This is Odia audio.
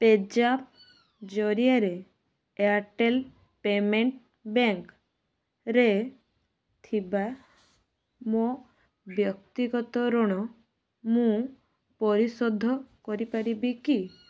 ପେଜ୍ଆପ୍ ଜରିଆରେ ଏୟାର୍ଟେଲ୍ ପେମେଣ୍ଟ୍ ବ୍ୟାଙ୍କ୍ରେ ଥିବା ମୋ ବ୍ୟକ୍ତିଗତ ଋଣ ମୁଁ ପରିଶୋଧ କରିପାରିବି କି